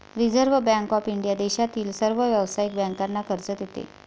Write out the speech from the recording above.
reserve Bank of India देशातील सर्व व्यावसायिक बँकांना कर्ज देते